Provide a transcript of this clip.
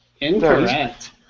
Incorrect